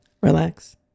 relax